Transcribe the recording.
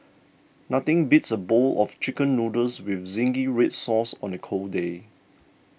nothing beats a bowl of Chicken Noodles with Zingy Red Sauce on a cold day